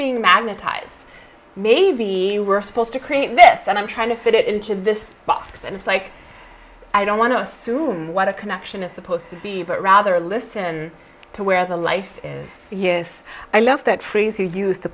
being magnetised maybe you were supposed to create this and i'm trying to fit it into this box and it's like i don't want to assume what a connection is supposed to be but rather listen to where the life yes i love that phrase you used the